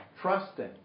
trusting